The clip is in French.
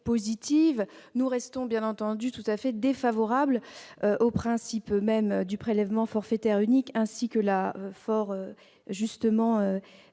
positive, nous restons tout à fait défavorables au principe même du prélèvement forfaitaire unique, ainsi que l'a fort justement